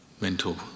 mental